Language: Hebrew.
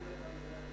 מטרות ודרכי פעולה),